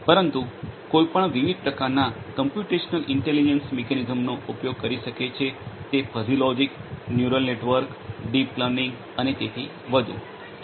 પરંતુ કોઈ પણ વિવિધ પ્રકારના કમ્પ્યુટેશનલ ઇન્ટેલિજન્સ મિકેનિઝમ્સનો ઉપયોગ કરી શકે છે તે fuzzy logic neural network deep learning અને તેથી વધુ